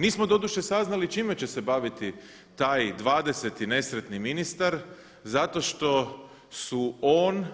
Nismo doduše saznali čime će se baviti taj 20 nesretni ministar zato što su on